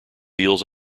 fields